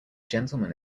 gentleman